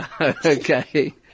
Okay